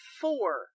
Four